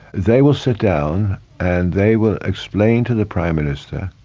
they will sit down and they will explain to the prime minister